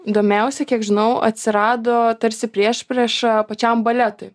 domėjausi kiek žinau atsirado tarsi priešprieša pačiam baletui